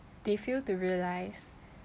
they fail to realise